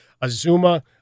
Azuma